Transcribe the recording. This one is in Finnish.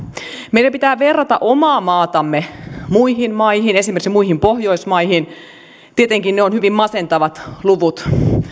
meidän pitää verrata omaa maatamme muihin maihin esimerkiksi muihin pohjoismaihin tietenkin ne ovat hyvin masentavat luvut